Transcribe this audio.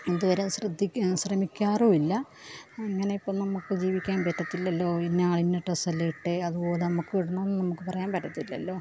ഇതുവരെ ശ്രദ്ധിക്കുക ശ്രമിക്കാറുമില്ല അങ്ങനെയൊക്കെ നമുക്ക് ജീവിക്കാൻ പറ്റത്തില്ലല്ലോ ഇന്ന ആൾ ഇന്ന ഡ്രസ്സല്ലേ ഇട്ടത് അതുപോലെ നമുക്ക് ഇടണം നമുക്ക് പറയാൻ പറ്റത്തില്ലല്ലോ